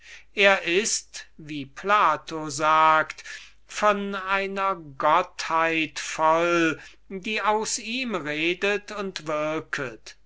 er ist wie plato sagt von einer gottheit voll die aus ihm redet und würket